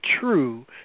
true